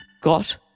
got